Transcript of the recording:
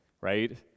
right